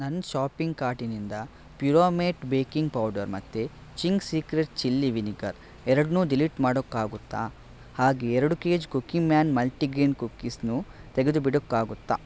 ನನ್ನ ಶಾಪಿಂಗ್ ಕಾರ್ಟಿನಿಂದ ಪಿವಾಮೇಟ್ ಬೇಕಿಂಗ್ ಪೌಡರ್ ಮತ್ತೆ ಚಿಂಗ್ಸ್ ಸೀಕ್ರೆಟ್ ಚಿಲ್ಲಿ ವಿನೆಗರ್ ಎರಡನ್ನು ಡಿಲೀಟ್ ಮಾಡೋಕ್ಕಾಗುತ್ತ ಹಾಗೆ ಎರಡು ಕೇಜ್ ಕುಕ್ಕಿಮ್ಯಾನ್ ಮಲ್ಟಿಗೀನ್ ಕುಕೀಸ್ನು ತೆಗೆದು ಬಿಡೋಕ್ಕಾಗುತ್ತ